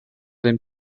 dem